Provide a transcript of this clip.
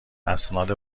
اسناد